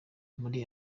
muri